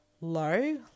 low